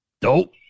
Dope